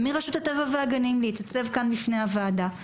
מרשות הטבע והגנים להתייצב כאן בפני הוועדה,